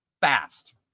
fast